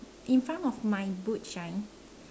in front of my boot shine